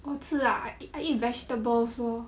我吃啊 I ea~ I eat vegetables also